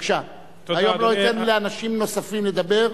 היום לא אתן לאנשים נוספים לדבר,